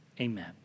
Amen